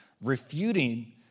refuting